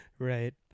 Right